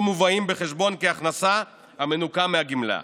מובאים בחשבון כהכנסה המנוכה מהגמלה.